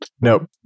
Nope